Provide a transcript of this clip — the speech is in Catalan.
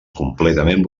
completament